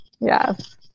Yes